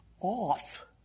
Off